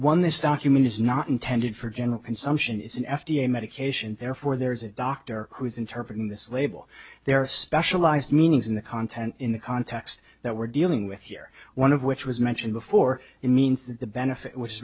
one this document is not intended for general consumption is an f d a medication therefore there is a doctor who is interpret in this label they are specialized meanings in the content in the context that we're dealing with here one of which was mentioned before it means that the benefit was